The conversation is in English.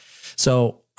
So-